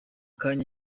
kanya